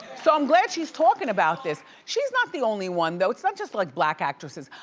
so i'm glad she's talking about this. she's not the only one though. it's not just like black actresses.